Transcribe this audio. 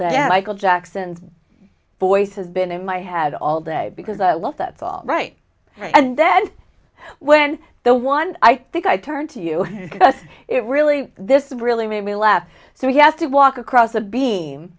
call jackson's voice has been in my head all day because a lot that's all right and then when the one i think i turned to you it really this really made me laugh so he has to walk across the be